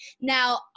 Now